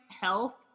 health